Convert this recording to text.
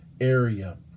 area